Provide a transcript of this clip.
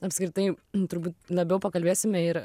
apskritai turbūt labiau pakalbėsime ir